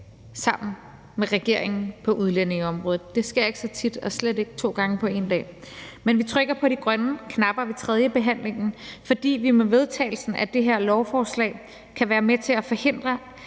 sammen med regeringen på udlændingeområdet. Det sker ikke så tit og slet ikke to gange på én dag. Men vi trykker på de grønne knapper ved tredjebehandlingen, fordi vi med vedtagelsen af det her lovforslag kan være med til at forhindre,